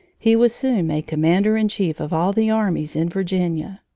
he was soon made commander-in-chief of all the armies in virginia.